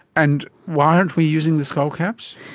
and why aren't we using the skull caps?